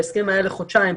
ההסכם היה לחודשיים.